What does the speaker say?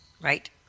Right